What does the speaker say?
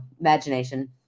Imagination